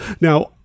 now